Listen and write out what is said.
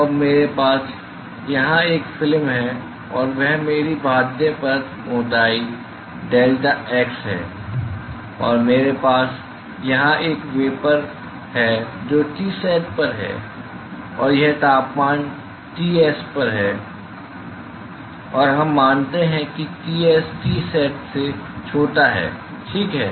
तो अब मेरे पास यहां एक फिल्म है और वह मेरी बाध्य परत मोटाई डेल्टा x है और मेरे पास यहां एक वेपर है जो Tsat पर है और यह तापमान Ts पर है और हम मानते हैं कि Ts Tsat से छोटा है ठीक है